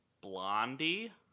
Blondie